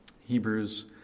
Hebrews